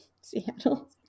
Seattle